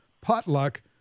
potluck